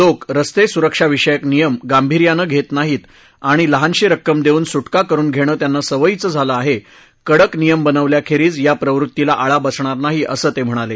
लोक रस्ते सुरक्षाविषयक नियम गांभीर्यानं घेत नाहीत आणि लहानशी रक्कम देऊन सुद्धित करून घेणं त्यांना सवयीचं झालं आहे कडक नियम बनवल्याखेरीज या प्रवृत्तीला आळा बसणार नाही असं ते म्हणाले